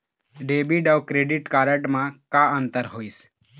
Debit अऊ credit card म का अंतर होइस?